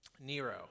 Nero